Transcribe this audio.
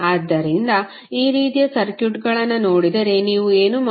ಆದ್ದರಿಂದ ಈ ರೀತಿಯ ಸರ್ಕ್ಯೂಟ್ಗಳನ್ನು ನೋಡಿದರೆ ನೀವು ಏನು ಮಾಡುತ್ತೀರಿ